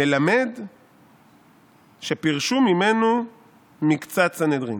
"מלמד שפירשו ממנו מקצת סנהדרין"